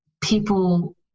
people